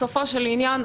בסופו של עניין,